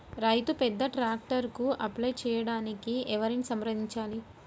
రైతు పెద్ద ట్రాక్టర్కు అప్లై చేయడానికి ఎవరిని సంప్రదించాలి?